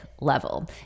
level